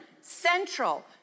central